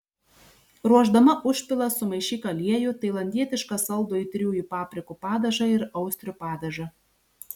ruošdama užpilą sumaišyk aliejų tailandietišką saldų aitriųjų paprikų padažą ir austrių padažą